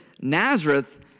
Nazareth